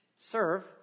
serve